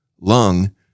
lung